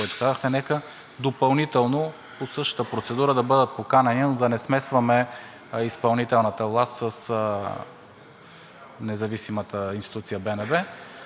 който казахте, нека допълнително по същата процедура да бъдат поканени, но да не смесваме изпълнителната власт с независимата институция БНБ.